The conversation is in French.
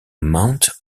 mount